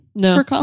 No